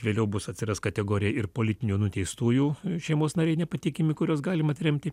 vėliau bus atsiras kategorija ir politinių nuteistųjų šeimos nariai nepatikimi kuriuos galima tremti